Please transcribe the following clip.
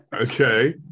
Okay